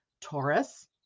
Taurus